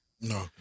No